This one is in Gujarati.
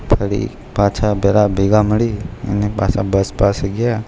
ફરી પાછા બધા ભેગાં મળી અને પાછા બસ પાસે ગયા